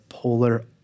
polar